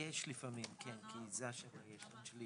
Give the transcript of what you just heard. הישיבה ננעלה בשעה